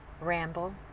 ramble